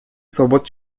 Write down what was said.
свобод